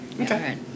Okay